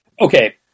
Okay